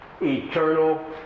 Eternal